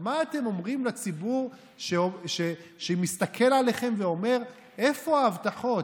מה אתם אומרים לציבור שמסתכל עליכם ואומר: איפה ההבטחות?